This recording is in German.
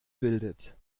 bildet